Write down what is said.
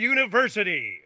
University